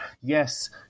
yes